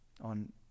on